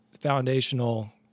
foundational